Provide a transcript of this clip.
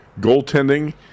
Goaltending